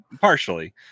Partially